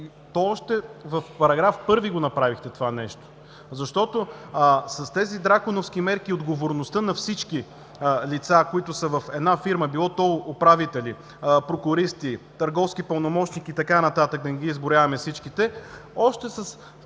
Още в § 1 направихте това нещо. Защото с тези драконовски мерки отговорността на всички лица, които са в една фирма, било то управители, прокуристи, търговски пълномощник и така нататък, да не ги изброяваме всичките, още с